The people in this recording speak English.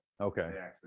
okay